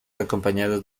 acompañados